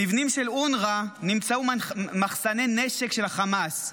במבנים של אונר"א נמצאו מחסני נשק של החמאס,